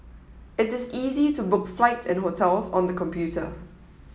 it is easy to book flights and hotels on the computer